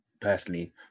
personally